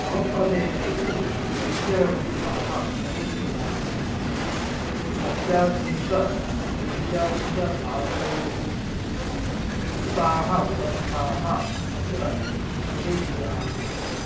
मम प्रदेशे तु वैद्यव्यवस्थाः समीचिनाः सन्ति अत्याधुनिकवैज्ञानिकसाधनैः युक्ताः व्यवस्थाः अत्र समीचिनाः सन्ति